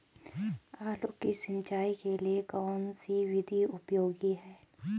आलू की सिंचाई के लिए कौन सी विधि उपयोगी है?